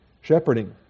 Shepherding